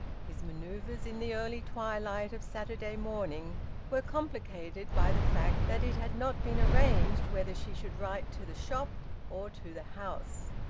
his manoeuvres in the early twilight of saturday morning were complicated by the fact that it had not been arranged whether she should write to the shop or to the house.